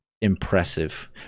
Impressive